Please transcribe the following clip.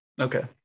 Okay